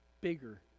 bigger